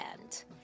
end